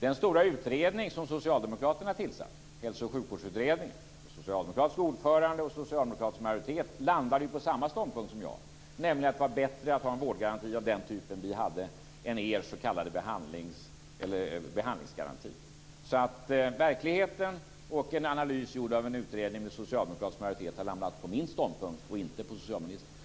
Den stora utredning som socialdemokraterna tillsatte, Hälso och sjukvårdsutredningen, med en socialdemokratisk ordförande och socialdemokratisk majoritet, landade på samma ståndpunkt som jag, att det var bättre att ha en vårdgaranti av den typ vi hade än att ha er s.k. behandlingsgaranti. Verkligheten och en analys gjord av en utredning med socialdemokratisk majoritet har landat på min ståndpunkt och inte på socialministerns.